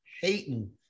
hating